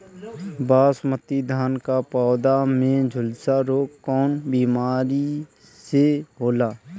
बासमती धान क पौधा में झुलसा रोग कौन बिमारी से होला?